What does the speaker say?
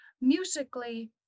musically